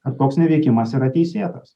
ar toks neveikimas yra teisėtas